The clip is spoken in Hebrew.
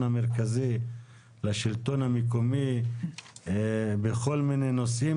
המרכזי לשלטון המקומי בכל מיני נושאים,